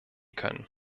können